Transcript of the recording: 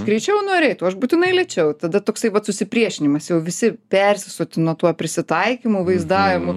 greičiau nori eit o aš būtinai lėčiau tada toksai vat susipriešinimas jau visi persisotino tuo prisitaikymų vaizdavimu